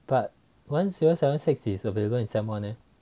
but one zero seven six is available in sem one leh